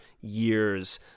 years